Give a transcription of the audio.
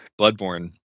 Bloodborne